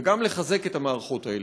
וגם לחזק את המערכות האלה,